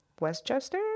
westchester